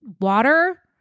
water